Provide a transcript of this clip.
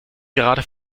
gerade